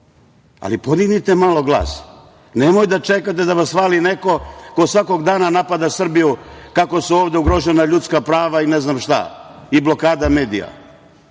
ali podignite malo glas. Nemojte da čekate da vas hvali neko ko svakog dana napada Srbiju, kako su ovde ugrožena ljudska prava i ne znam šta i blokada medija.